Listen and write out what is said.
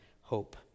hope